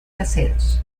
caseros